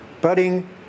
budding